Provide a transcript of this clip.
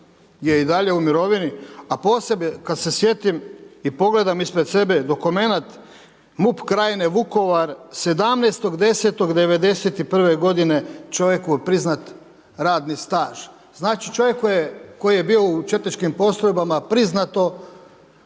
je i dalje u mirovini, a posebno kada se sjetim i pogledam ispred sebe dokument MUP krajnje Vukovar 17.10.'91. g. čovjeku je priznat radni staž. Znači čovjek koji je bio u četničkim postrojbama priznato